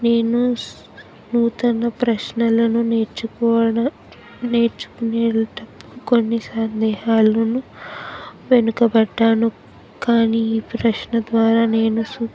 నేను నూతన ప్రశ్నలను నేర్చుకోవడం నేర్చుకునేటప్పుడు కొన్ని సందేహాలను వెనుకబడ్డాను కానీ ఈ ప్రశ్న ద్వారా నేను స